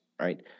right